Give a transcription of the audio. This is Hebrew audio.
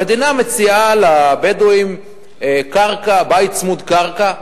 המדינה מציעה לבדואים בית צמוד-קרקע,